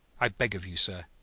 i beg of you, sir